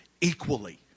equally